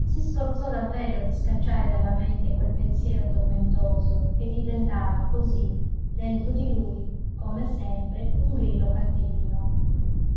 si sforzò davvero di scacciare dalla mente quel pensiero tormentoso che diventava così dentro di lui come sempre un grillo canterino